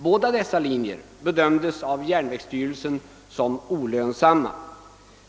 Båda dessa linjer bedömdes av järnvägsstyrelsen som olönsamma.